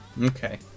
Okay